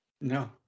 No